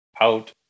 out